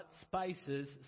spices